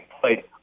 played